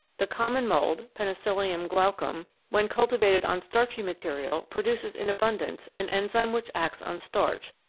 the common mould, penicillium glaucum, when cultivated on starchy material produces in abundance an enzyme which acts on starch,